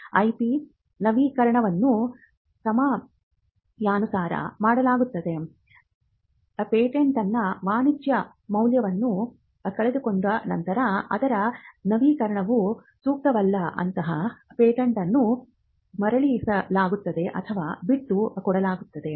IP ನವೀಕರಣವನ್ನು ಸಮಯಾನುಸಾರ ಮಾಡಲಾಗುತ್ತದೆ ಪೇಟೆಂಟ್ ತನ್ನ ವಾಣಿಜ್ಯ ಮೌಲ್ಯವನ್ನು ಕಳೆದುಕೊಂಡ ನಂತರ ಅದರ ನವೀಕರಣವು ಸೂಕ್ತವಲ್ಲಅಂತಹ ಪೇಟೆಂಟನ್ನು ಮರಳಿಸಲಾಗುತ್ತದೆ ಅಥವಾ ಬಿಟ್ಟು ಕೊಡಲಾಗುತ್ತದೆ